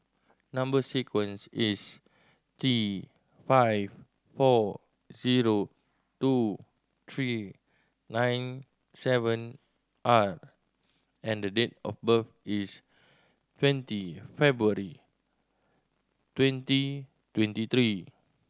number sequence is T five four zero two three nine seven R and date of birth is twenty February twenty twenty three